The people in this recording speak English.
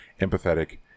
empathetic